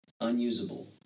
unusable